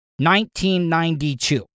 1992